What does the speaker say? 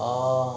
oh